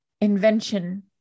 invention